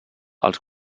els